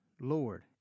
Lord